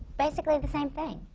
basically the same thing.